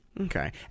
Okay